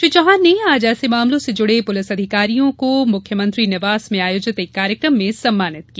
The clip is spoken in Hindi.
श्री चौहान ने आज ऐसे मामलों से जुड़े पुलिस अधिकारियों को मुख्यमंत्री निवास में आयोजित एक कार्यकम में सम्मानित किया